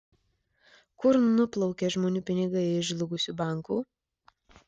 kur nuplaukė žmonių pinigai iš žlugusių bankų